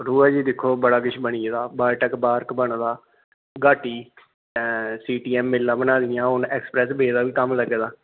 कठुआ आइयै दिक्खो बड़ा किश बनी गेदा बायोटैक पार्क बनी गेदा गोआटी सिटी एमएलए बनाई दियां ओह् एक्सप्रेस वे दा बी कम्म लग्गे दा